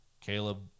Caleb